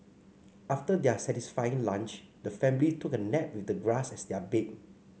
after their satisfying lunch the family took a nap with the grass as their bed